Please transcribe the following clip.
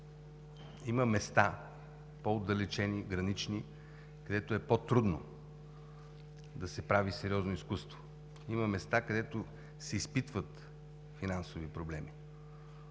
които са по-отдалечени, гранични, където е по-трудно да се прави сериозно изкуство, има места, където се изпитват финансови проблеми,